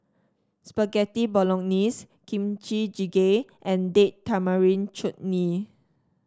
Spaghetti Bolognese Kimchi Jjigae and Date Tamarind Chutney